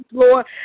Lord